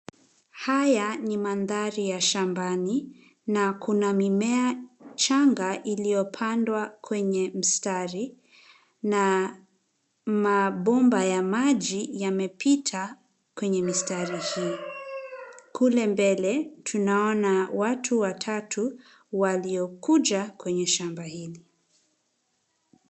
Haya ni mandhari ya shambani na kuna mimea changa iliyopandwa kwenye mstari na mabomba ya maji yamepita kwenye mistari hii. Kule mbele tunaona watu watatu waliokuja kwenye shamba hili.